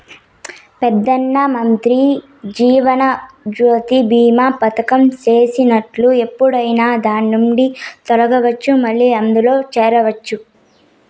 పెదానమంత్రి జీవనజ్యోతి బీమా పదకం చేసినట్లు ఎప్పుడైనా దాన్నిండి తొలగచ్చు, మల్లా అందుల చేరచ్చు